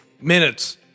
minutes